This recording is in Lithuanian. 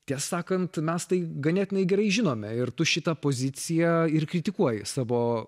tiesą sakant mes tai ganėtinai gerai žinome ir tu šitą poziciją ir kritikuoji savo